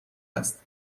است